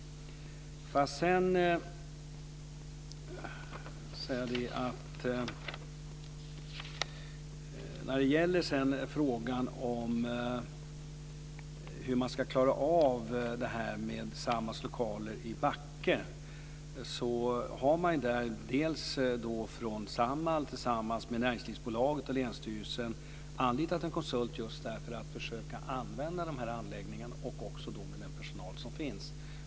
När det gäller hur man ska klara av frågan om Samhalls lokaler i Backe har man från Samhall tillsammans med näringslivsbolaget och länsstyrelsen anlitat en konsult för att försöka använda anläggningarna, och då också med den personal som finns.